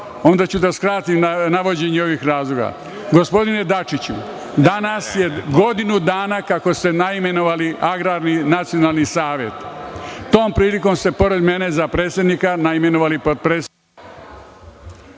onda ću da skratim na navođenju ovih razloga. Gospodine Dačiću, danas je godinu dana kako ste naimenovali Agrarni nacionalni savet. Tom prilikom ste, pored mene za predsednika, naimenovali potpredsednika…(Isključen